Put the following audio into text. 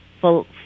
full